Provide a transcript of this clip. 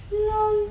yang